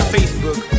Facebook